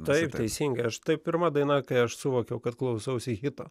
taip teisingai aš tai pirma daina kai aš suvokiau kad klausausi hito